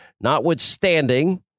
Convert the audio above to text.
Notwithstanding